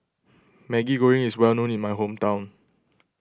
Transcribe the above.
Maggi Goreng is well known in my hometown